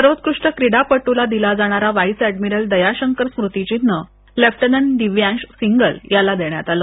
सर्वोत्कृष्ट क्रिडापटूला दिला जाणार वॉइस अडमिरल दया शंकर स्मृतिचिन्ह लेफ्ट्नंट दिव्यांश सिंगला यांना देण्यात आला